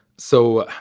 so.